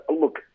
look